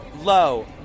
low